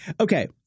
okay